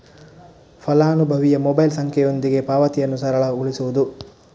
ಫಲಾನುಭವಿಯ ಮೊಬೈಲ್ ಸಂಖ್ಯೆಯೊಂದಿಗೆ ಪಾವತಿಯನ್ನು ಸರಳಗೊಳಿಸುವುದು